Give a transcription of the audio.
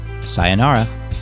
Sayonara